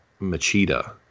Machida